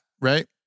right